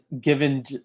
given